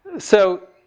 so,